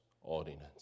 ordinance